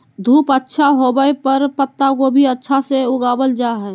धूप अच्छा होवय पर पत्ता गोभी अच्छा से उगावल जा हय